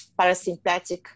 parasympathetic